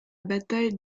bataille